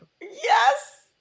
yes